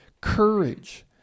courage